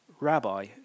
Rabbi